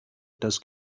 das